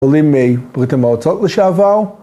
עולים מברית המועצות לשעבר